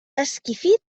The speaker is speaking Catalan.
esquifit